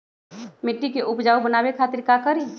मिट्टी के उपजाऊ बनावे खातिर का करी?